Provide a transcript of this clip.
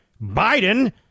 Biden